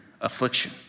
affliction